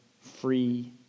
free